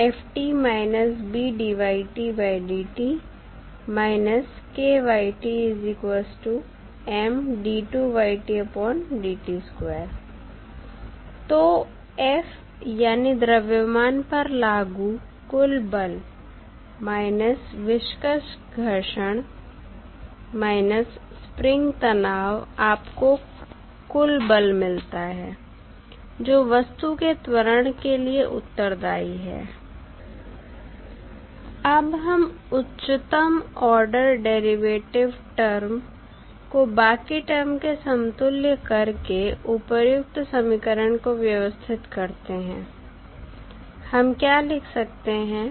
तो f यानी द्रव्यमान पर लागू कुल बल माइनस विस्कस घर्षण स्प्रिंग तनाव आपको कुल बल मिलता है जो वस्तु के त्वरण के लिए उत्तरदाई है अब हम उच्चतम आर्डर डेरिवेटिव टर्म को बाकी टर्म के समतुल्य करके उपर्युक्त समीकरण को व्यवस्थित करते हैं हम क्या लिख सकते हैं